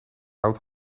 oud